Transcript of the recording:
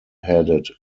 headed